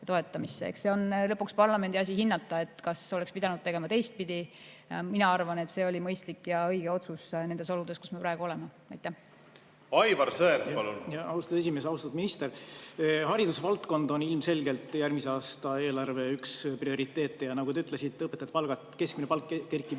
see on lõpuks parlamendi asi hinnata, kas oleks pidanud tegema teistpidi. Mina arvan, et see oli mõistlik ja õige otsus nendes oludes, kus me praegu oleme. Aivar Sõerd, palun! Aivar Sõerd, palun! Austatud esimees! Austatud minister! Haridusvaldkond on ilmselgelt üks järgmise aasta eelarve prioriteete. Nagu te ütlesite, õpetajate keskmine palk kerkib